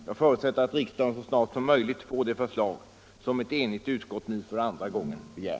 Jag förutsätter att riksdagen så snart som möjligt får det förslag som ett enigt utskott nu för andra gången begär.